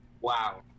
Wow